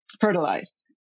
fertilized